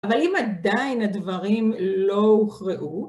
אבל אם עדיין הדברים לא הוכרעו